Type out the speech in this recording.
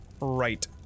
right